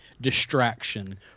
distraction